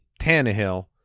Tannehill